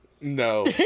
No